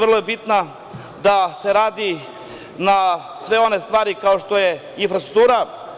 Vrlo je bitno da se radi na svim onim stvarima, kao što je infrastruktura.